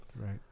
Right